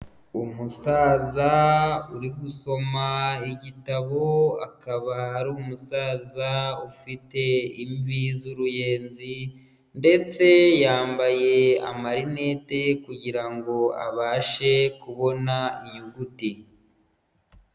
Umusaza uri gusoma igitabo akaba ari umusaza ufite imvi z'uruyenzi ndetse yambaye amarinete kugira ngo abashe kubona inyuguti.